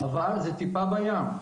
אבל זה טיפה בים.